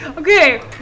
Okay